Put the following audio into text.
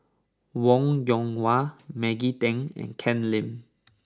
Wong Yoon Wah Maggie Teng and Ken Lim